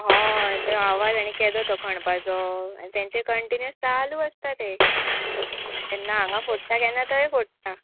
होय त्यो आवाज आणी केदो तो खणपाचो आनी तेंचे कंटिन्यूअस चालू आसता तें केन्ना हांगा फोडटा केन्ना थंय फोडटा